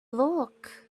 look